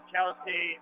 Kelsey